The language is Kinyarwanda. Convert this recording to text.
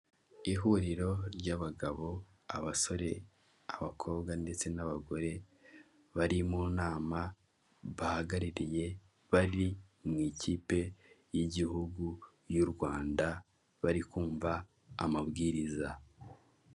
Ikinyabiziga k'ibinyamitende kikoreye kigaragara cyakorewe mu Rwanda n'abagabo batambuka muri iyo kaburimbo n'imodoka nyinshi ziparitse zitegereje abagenzi.